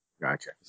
Gotcha